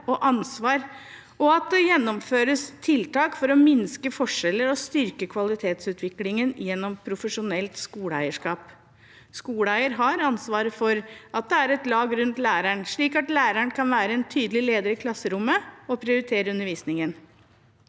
og at det gjennomføres tiltak for å minske forskjeller og styrke kvalitetsutviklingen gjennom profesjonelt skoleeierskap. Skoleeier har ansvaret for at det er et lag rundt læreren slik at læreren kan være en tydelig leder i klasserommet og prioritere undervisningen.